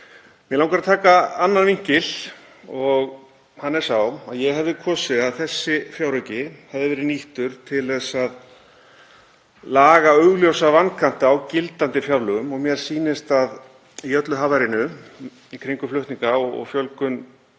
Mig langar að taka annan vinkil og hann er sá að ég hefði kosið að þessi fjárauki hefði verið nýttur til að laga augljósa vankanta á gildandi fjárlögum. Mér sýnist að í öllu havaríinu í kringum fjölgun